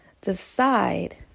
decide